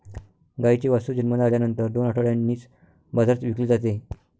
गाईचे वासरू जन्माला आल्यानंतर दोन आठवड्यांनीच बाजारात विकले जाते